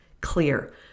clear